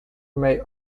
may